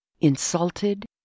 insulted